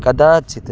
कदाचित्